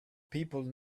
people